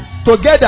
Together